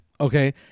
Okay